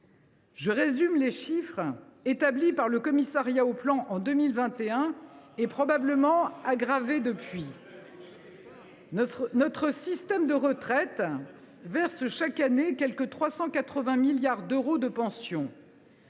Je résume les chiffres, établis par le Haut Commissariat au plan en 2021 et probablement aggravés depuis lors. « Notre système de retraites verse chaque année quelque 380 milliards d’euros de pensions.